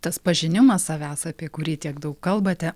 tas pažinimas savęs apie kurį tiek daug kalbate